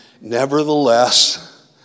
Nevertheless